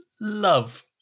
love